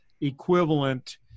equivalent